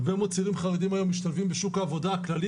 הרבה מאוד צעירים חרדים היום משתלבים בשוק העבודה הכללי,